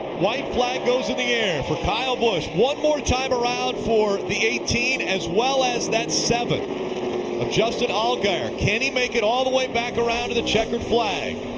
white flag goes in the air for kyle busch. one more time around for the eighteen as well as that seven of justin allgaier. can he make it all the way back around to the checkered flag?